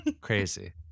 Crazy